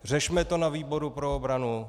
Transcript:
Řešme to na výboru pro obranu!